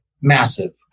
massive